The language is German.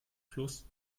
fluss